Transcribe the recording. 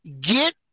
Get